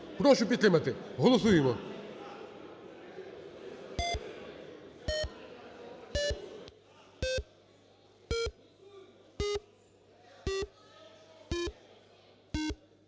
Прошу підтримати, голосуємо.